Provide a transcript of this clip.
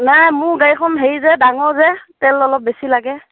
নাই মোৰ গাড়ীখন হেৰি যে ডাঙৰ যে তেল অলপ বেছি লাগে